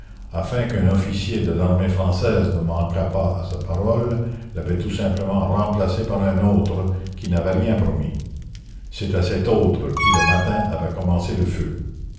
afin qu'un officier de l'armée française ne manquât pas à sa parole l'avait tout simplement remplacé par un autre qui n'avait rien promis c'était cet autre qui le matin avait commencé le feu